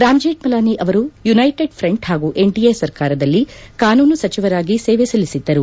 ರಾಮ್ ಜೀಕ್ಷಲಾನಿ ಅವರು united front ಹಾಗೂ NDA ಸರ್ಕಾರದಲ್ಲಿ ಕಾನೂನು ಸಚಿವರಾಗಿ ಸೇವೆ ಸಲ್ಲಿಸಿದ್ದರು